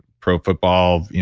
pro football,